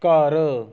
ਘਰ